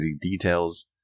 details